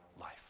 life